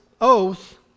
oath